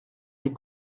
les